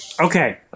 Okay